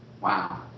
Wow